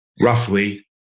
roughly